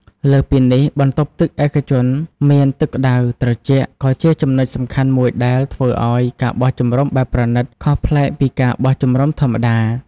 លើសពីនេះ បន្ទប់ទឹកឯកជនដែលមានទឹកក្តៅត្រជាក់ ក៏ជាចំណុចសំខាន់មួយដែលធ្វើឲ្យ ការបោះជំរំបែបប្រណីត ខុសប្លែកពីការបោះជំរុំធម្មតា។